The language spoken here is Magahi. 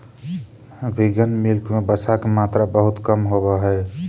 विगन मिल्क में वसा के मात्रा बहुत कम होवऽ हइ